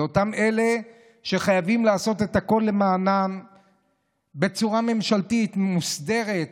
אלה שחייבים לעשות את הכול למענם בצורה ממשלתית מוסדרת,